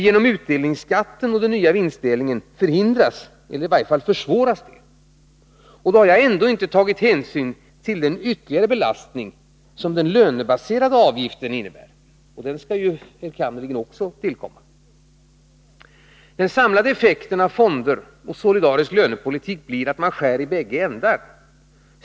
Genom utdelningsskatten och den nya vinstdelningen förhindras, eller i varje fall försvåras, detta. Och då har jag ändå inte tagit hänsyn till den ytterligare belastning som den lönebaserade avgiften innebär, men den skall också tillkomma. Den samlade effekten av fonder och solidarisk lönepolitik blir att man skär i bägge ändar.